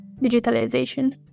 digitalization